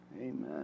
Amen